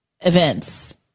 events